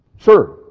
Sir